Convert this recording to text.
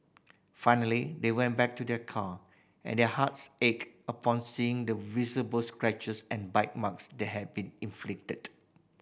finally they went back to their car and their hearts ached upon seeing the visible scratches and bite marks that had been inflicted